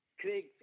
Craig